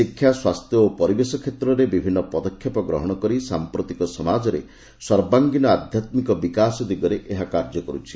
ଶିକ୍ଷା ସ୍ୱାସ୍ଥ୍ୟ ଏବଂ ପରିବେଶ କ୍ଷେତ୍ରରେ ବିଭିନ୍ନ ପଦକ୍ଷେପ ଗ୍ରହଣ କରି ସାମ୍ପ୍ରତିକ ସମାଜରେ ସର୍ବାଙ୍ଗୀନ ଆଧ୍ୟାତ୍ମିକ ବିକାଶ ଦିଗରେ ଏହା କାର୍ଯ୍ୟ କର୍ୁଛି